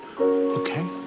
Okay